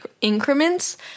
increments